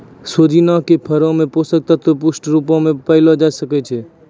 सोजिना के फरो मे पोषक तत्व पुष्ट रुपो मे पायलो जाय छै